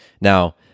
Now